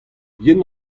yen